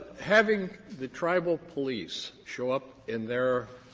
having the tribal police show up in their